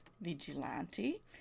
vigilante